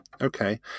okay